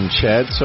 Chad